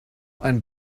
ein